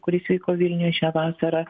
kuris vyko vilniuje šią vasarą